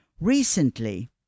Recently